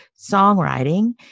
songwriting